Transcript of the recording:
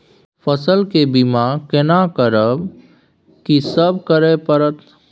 फसल के बीमा केना करब, की सब करय परत?